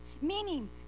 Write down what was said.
Meaning